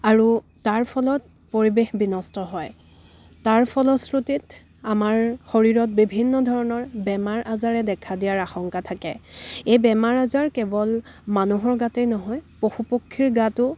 আৰু তাৰ ফলত পৰিৱেশ বিনষ্ট হয় তাৰ ফলশ্ৰুতিত আমাৰ শৰীৰত বিভিন্ন ধৰণৰ বেমাৰ আজাৰে দেখা দিয়াৰ আশংকা থাকে এই বেমাৰ আজাৰ কেৱল মানুহৰ গাতেই নহয় পশু পক্ষীৰ গাতো